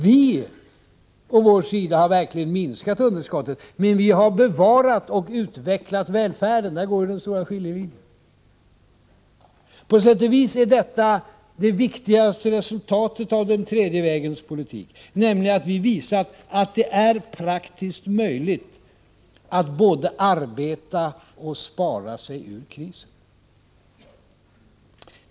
Vi å vår sida har verkligen minskat underskottet. Men vi har bevarat och utvecklat välfärden — där går den stora skiljelinjen. På sätt och vis är detta det viktigaste resultatet av den trejde vägens politik, nämligen att vi visat att det är praktiskt möjligt att både arbeta och spara sig ur krisen.